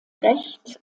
recht